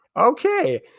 Okay